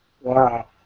Wow